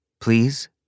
Please